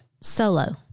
Solo